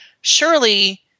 Surely